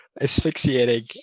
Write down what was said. asphyxiating